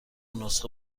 نسخه